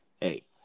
Hey